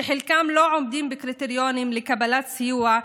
שחלקם לא עומדים בקריטריונים לקבלת סיוע,